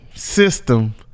System